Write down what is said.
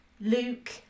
Luke